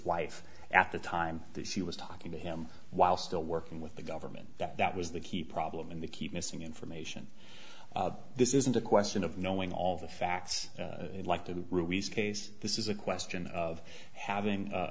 wife at the time that she was talking to him while still working with the government that that was the key problem and they keep missing information this isn't a question of knowing all the facts like to rescale this is a question of having a